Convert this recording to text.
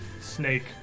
snake